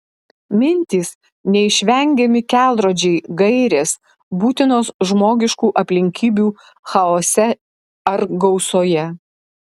mintys neišvengiami kelrodžiai gairės būtinos žmogiškų aplinkybių chaose ar gausoje